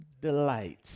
delight